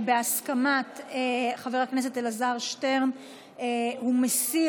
בהסכמת חבר הכנסת אלעזר שטרן הוא מסיר